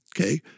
okay